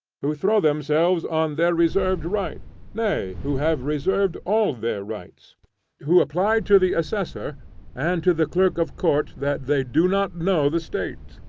who throw themselves on their reserved rights nay, who have reserved all their rights who reply to the assessor and to the clerk of court that they do not know the state,